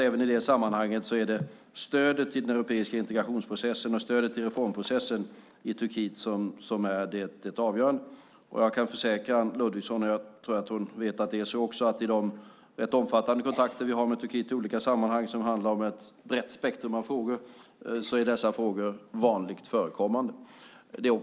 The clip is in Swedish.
Även i det sammanhanget är det stödet till den europeiska integrationsprocessen och stödet till reformprocessen i Turkiet som är det avgörande. Jag kan försäkra Anne Ludvigsson, och jag tror att hon vet, att dessa frågor är vanligt förekommande i de rätt omfattande kontakter vi har med Turkiet i olika sammanhang i ett brett spektrum av frågor.